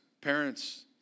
Parents